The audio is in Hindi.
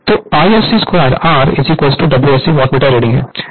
तो Isc2 R WSC wattmeter reading है